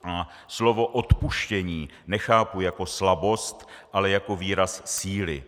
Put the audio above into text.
A slovo odpuštění nechápu jako slabost, ale jako výraz síly.